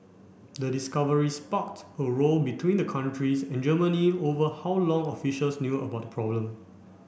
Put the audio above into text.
the discovery sparked a row between the countries and Germany over how long officials knew about the problem